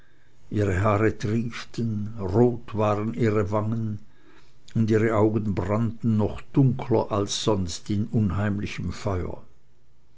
ihre haare trieften rot waren ihre wangen und ihre augen brannten noch dunkler als sonst in unheimlichem feuer